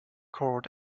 cord